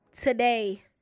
Today